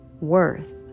worth